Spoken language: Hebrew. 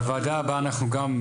בוועדה הבאה אנחנו גם,